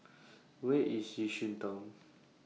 Where IS Yishun Town